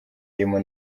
arimo